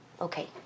Okay